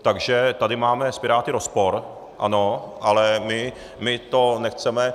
Takže tady máme s Piráty rozpor, ano, ale my to nechceme.